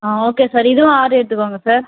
ஆ okay sir இதுவும் order எடுத்துக்கோங்க sir